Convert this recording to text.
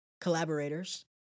collaborators